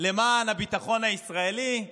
למען הביטחון הישראלי,